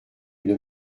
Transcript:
une